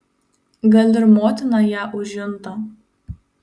gal ir motina ją užjunta